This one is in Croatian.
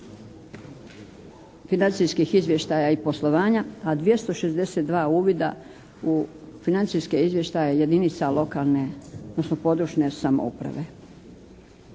financijskih izvještaja i poslovanja a 262 uvida u financijske izvještaje jedinica lokalne odnosno